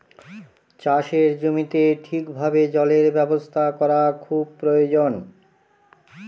চাষের জমিতে ঠিক ভাবে জলের ব্যবস্থা করা খুব প্রয়োজন